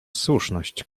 słuszność